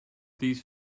these